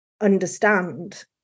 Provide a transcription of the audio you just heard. understand